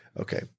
Okay